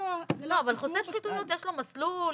לא, אבל לחושף שחיתויות יש מסלול.